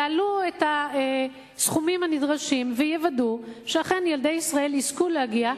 יעלו את הסכומים הנדרשים ויוודאו שאכן ילדי ישראל יזכו להגיע.